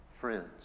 friends